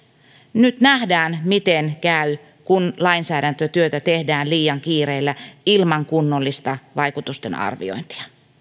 nyt nähdään miten käy kun lainsäädäntötyötä tehdään liian kiireellä ilman kunnollista vaikutusten arviointia